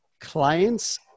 clients